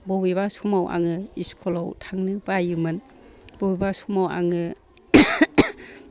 बबेबा समाव आङो इस्कुलाव थांनो बायोमोन बबेबा समाव आङो